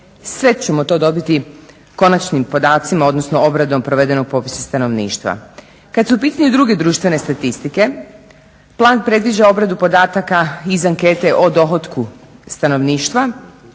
Sve ćemo to dobiti konačnim podacima, odnosno obradom provedenog popisa stanovništva. Kad su u pitanju druge društvene statistike, plan predviđa obradu podataka iz ankete o dohotku stanovništva,